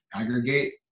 aggregate